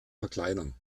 verkleinern